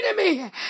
enemy